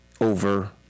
over